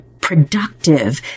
productive